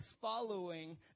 following